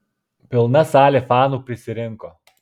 pilna salė fanų prisirinko